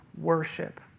worship